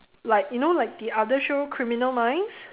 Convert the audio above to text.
like you know like the other show criminal minds